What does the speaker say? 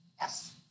Yes